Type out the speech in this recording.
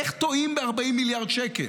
איך טועים ב-40 מיליארד שקל?